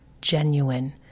genuine